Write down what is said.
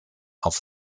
auf